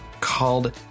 called